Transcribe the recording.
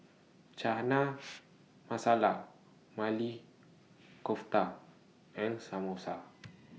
Chana Masala Maili Kofta and Samosa